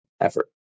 effort